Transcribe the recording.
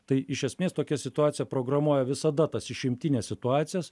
tai iš esmės tokia situacija programuoja visada tas išimtines situacijas